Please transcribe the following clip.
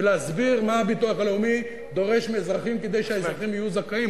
מלהסביר מה הביטוח הלאומי דורש מאזרחים כדי שהאזרחים יהיו זכאים.